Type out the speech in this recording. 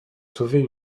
sauver